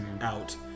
out